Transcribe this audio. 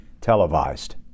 televised